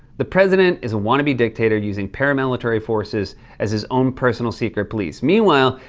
the president is a wannabe dictator using paramilitary forces as his own personal secret police. meanwhile,